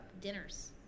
dinners